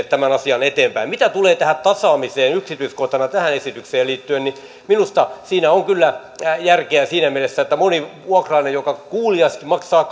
tämän asian eteenpäinviemiseksi mitä tulee tähän tasaamiseen yksityiskohtana tähän esitykseen liittyen niin minusta siinä on kyllä järkeä siinä mielessä että moni vuokralainen joka kuuliaisesti maksaa